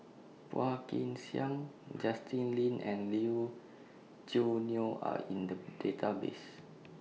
Phua Kin Siang Justin Lean and Lee Wu Choo Neo Are in The Database